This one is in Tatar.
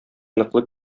ныклы